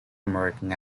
american